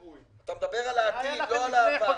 אתה מדבר על העתיד, לא על העבר.